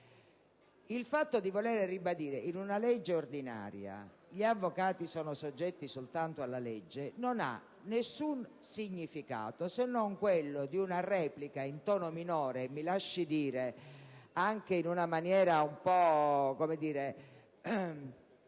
Il fatto di ribadire in una legge ordinaria che gli avvocati sono soggetti soltanto alla legge non ha nessun significato, se non quello di una replica in tono minore. Mi lasci dire che è anche alquanto inadeguato